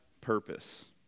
purpose